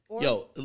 Yo